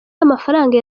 y’amafaranga